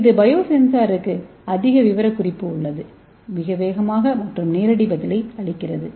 இந்த பயோசென்சருக்கு அதிக விவரக்குறிப்பு உள்ளது மிக வேகமாக மற்றும் நேரடி பதிலை அளிக்கிறது